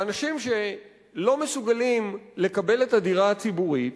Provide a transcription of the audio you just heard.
ואנשים שלא מסוגלים לקבל את הדירה הציבורית,